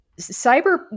cyber